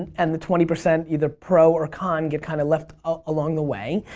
and the twenty percent either pro or con get kind of left ah along the way.